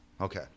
Okay